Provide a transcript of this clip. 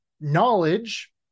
knowledge